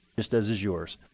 just as is yours.